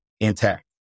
intact